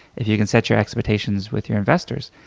if you can set your expectations with your investors,